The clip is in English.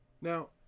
Now